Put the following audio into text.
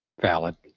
valid